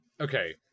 okay